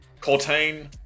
Cortain